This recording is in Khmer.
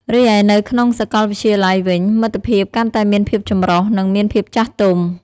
រីឯនៅក្នុងសាកលវិទ្យាល័យវិញ មិត្តភាពកាន់តែមានភាពចម្រុះ និងមានភាពចាស់ទុំ។